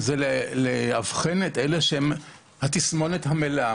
זה לאבחן את אלה עם התסמונת המלאה,